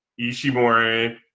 Ishimori